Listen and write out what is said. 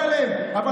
אם